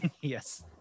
Yes